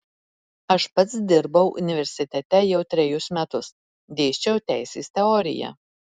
aš pats dirbau universitete jau trejus metus dėsčiau teisės teoriją